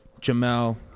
Jamel